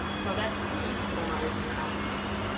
so that's key to memorizing your outlines.